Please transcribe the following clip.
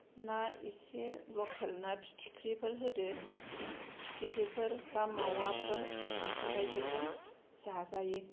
ना इसे लखेल ना फिथिख्रिफोर होदो फिथिख्रिफोर बा मावाफोर बेफोरबायदिजों जाजायो